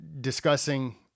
discussing